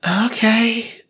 Okay